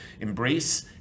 embrace